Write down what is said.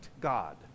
God